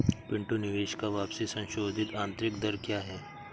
पिंटू निवेश का वापसी संशोधित आंतरिक दर क्या है?